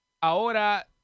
Ahora